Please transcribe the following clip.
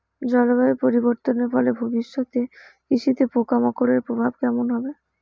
জলবায়ু পরিবর্তনের ফলে ভবিষ্যতে কৃষিতে পোকামাকড়ের প্রভাব কেমন হবে?